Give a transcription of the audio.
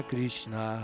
Krishna